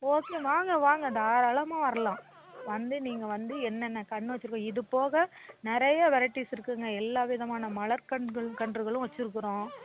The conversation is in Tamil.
ஓகே வாங்க வாங்க தாராளமாக வரலாம் வந்து நீங்கள் வந்து என்னென்ன கன்று வச்சிருக்கோம் இதுப்போக நிறைய வெரைட்டிஸ் இருக்குதுங்க எல்லா விதமான மலர் கன்றுகள் கன்றுகளும் வச்சிருக்கிறோம்